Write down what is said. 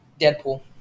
Deadpool